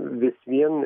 vis vien